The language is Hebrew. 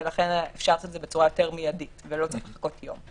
ולכן אפשר לעשות את זה בצורה מידית ולא צריך לחכות יום.